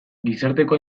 gizarteko